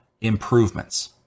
improvements